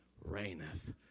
reigneth